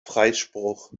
freispruch